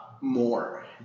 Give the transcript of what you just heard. more